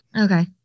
Okay